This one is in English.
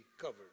covered